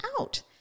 out